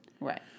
Right